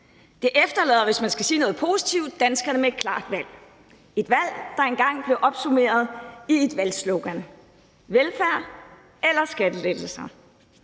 Det efterlader, hvis man skal sige noget positivt, danskerne med et klart valg, altså et valg, der engang blev opsummeret i et valgslogan: Velfærd eller skattelettelser.